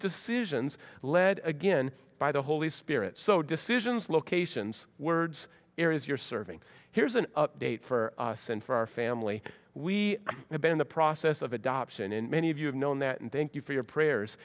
decisions lead again by the holy spirit so decisions locations words areas you're serving here's an update for us and for our family we have been in the process of adoption and many of you have known that and thank you for your prayers